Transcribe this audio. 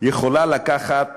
יכולה לקחת